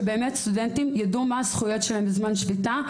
שבאמת סטודנטים יידעו מה הזכויות שלהם בזמן שביתה,